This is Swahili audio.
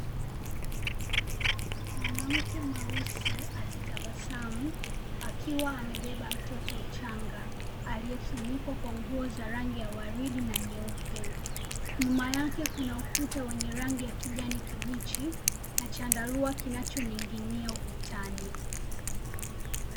Mwanamke mweusi akitabasamu, akiwa amebeba mtoto mchanga aliyefunikwa kwa nguo za rangi ya waridi na nyeupe. Nyuma yake kuna ukuta wenye rangi ya kijani kibichi na chandarua kinachoning'inia ukutani.